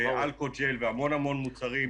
אלכוג'ל והמון-המון מוצרים.